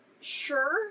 Sure